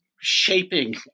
shaping